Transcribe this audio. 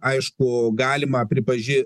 aišku galima pripaži